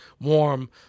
warm